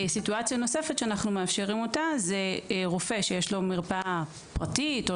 סיטואציה נוספת שאנחנו מאפשרים זה רופא שיש לו מרפאה פרטית או